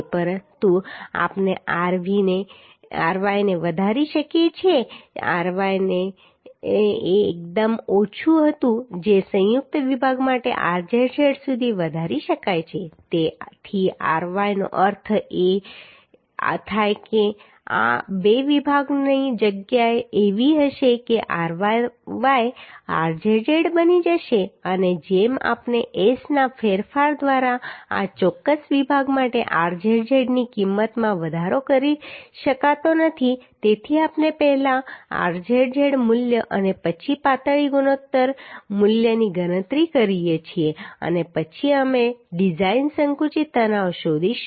પરંતુ આપણે ry ને વધારી શકીએ છીએ ry ને વધારી શકાશે ry એ એકદમ ઓછું હતું જે સંયુક્ત વિભાગ માટે rzz સુધી વધારી શકાય છે તેથી ry નો અર્થ એવો થાય છે કે આ 2 વિભાગોની જગ્યા એવી હશે કે ryy rzz બની જશે અને જેમ આપણે S ના ફેરફાર દ્વારા આ ચોક્કસ વિભાગ માટે rzz ની કિંમતમાં વધારો કરી શકાતો નથી તેથી આપણે પહેલા rzz મૂલ્ય અને પછી પાતળી ગુણોત્તર મૂલ્યની ગણતરી કરીએ છીએ અને પછી અમે ડિઝાઇન સંકુચિત તણાવ શોધીશું